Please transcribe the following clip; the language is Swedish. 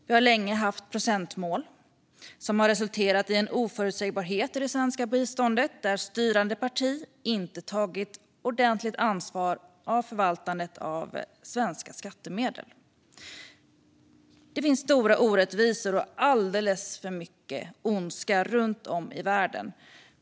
Vi har länge haft procentmål, vilket har resulterat i en oförutsägbarhet i det svenska biståndet där styrande parti inte har tagit ordentligt ansvar för förvaltandet av svenska skattemedel. Det finns stora orättvisor och alldeles för mycket ondska runt om i världen.